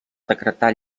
decretar